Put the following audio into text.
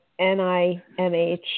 NIMH